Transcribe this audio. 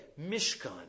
Mishkan